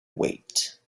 wait